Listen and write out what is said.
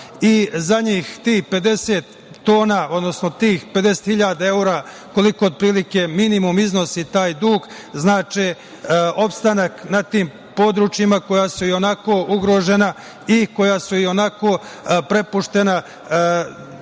Za njih tih 50 tona, odnosno tih 50.000 evra, koliko otprilike minimum iznosi taj dug, znače opstanak na tim područjima koja su ionako ugrožena i koja su ionako prepuštena